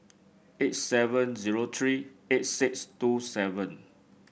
eight seven zero three eight six two seven